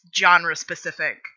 genre-specific –